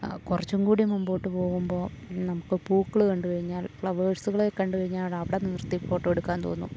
കുറച്ചും കൂടി മുൻപോട്ട് പോകുമ്പോൾ നമുക്ക് പൂക്കൾ കണ്ടു കഴിഞ്ഞാൽ ഫ്ലവേഴ്സുകളെ കണ്ടു കഴിഞ്ഞാലവിടെ നിർത്തി ഫോട്ടോയെടുക്കാൻ തോന്നും